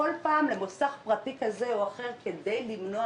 כל פעם למוסך פרטי כזה או אחר כדי למנוע